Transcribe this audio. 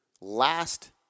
Last